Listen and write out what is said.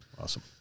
Awesome